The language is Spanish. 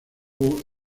who